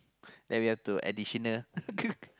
then we have to additional